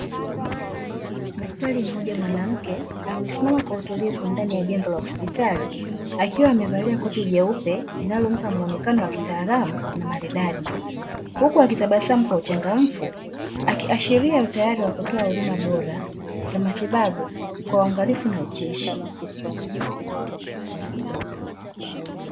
Daktari mmoja mwanamke, amesimama kwa utulivu ndani ya jengo la hospitali, akiwa amevalia koti jeupe linalompa muonekano wa kitaalamu na maridadi, huku akitabasamu kwa uchangamfu, akiashiria utayari wa kutoa huduma bora za matibabu kwa uangalifu na ucheshi.